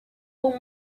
con